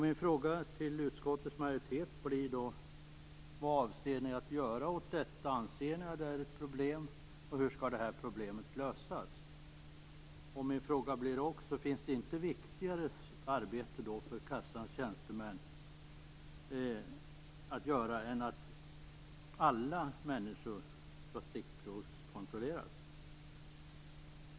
Mina frågor till utskottets majoritet blir: Vad avser ni att göra att detta? Anser ni att det är ett problem, och hur skall problemet lösas? Jag undrar också om det inte finns viktigare arbete för kassans tjänstemän än att stickprovskontrollera alla människor.